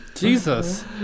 Jesus